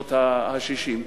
בשנות ה-60.